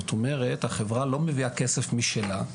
זאת אומרת החברה לא מביאה כסף משלה.